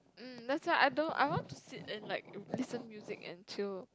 mm that's why I don't I want to sit and like listen music and chill